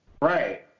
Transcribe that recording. Right